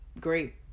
great